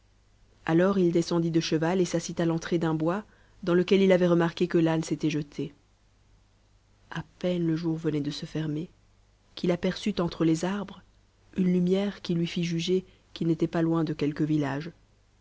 alors il descendit de cheval et s'assit t'entrée d'un bois dans lequel il avait remarqué que fane s'était jeté à peine le jour venait de se fermer qu'il aperçut entre les arbres une lumière qui lui fit juger qu'il n'était pas loin de quelque village